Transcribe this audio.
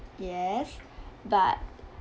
yes but